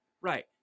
right